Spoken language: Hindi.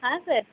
हाँ सर